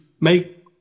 make